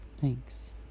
thanks